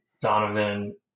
Donovan